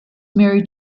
married